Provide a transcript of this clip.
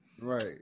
Right